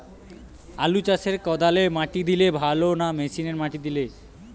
আলু চাষে কদালে মাটি দিলে ভালো না মেশিনে মাটি দিলে?